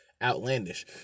Outlandish